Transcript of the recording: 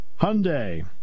Hyundai